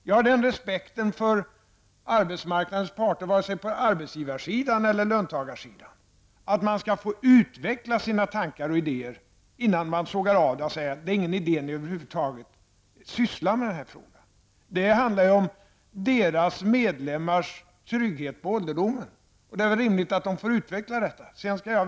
Jag har den respekten för arbetsmarknadens parter -- vare sig det är fråga om arbetsgivarsidan eller löntagarsidan -- att de skall få utveckla sina tankar och idéer innan man sågar av dem genom att säga: Det är inte någon idé att ni över huvud taget sysslar med den här frågan. Detta handlar ju om deras medlemmars trygghet på ålderdomen. Då är det väl rimligt att de får möjlighet att utveckla sina förslag.